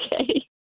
Okay